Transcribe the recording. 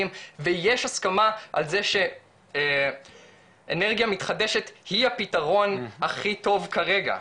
ויש הסכמה על זה שאנרגיה מתחדשת היא הפתרון הכי טוב כרגע.